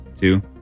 two